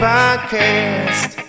Podcast